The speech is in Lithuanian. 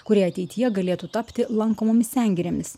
kurie ateityje galėtų tapti lankomomis sengirėmis